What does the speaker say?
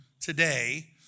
today